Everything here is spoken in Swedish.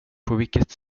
vilket